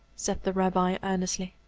said the rabbi, earnestly.